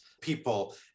people